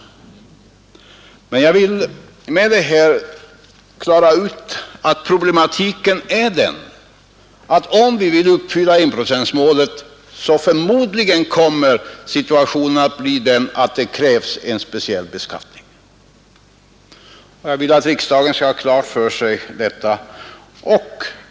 Om vi skall uppfylla enprocentsmålet, kommer alltså situationen förmodligen att bli den att det krävs en speciell beskattning, och jag vill att riksdagen skall ha klart för sig detta.